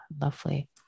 lovely